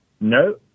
No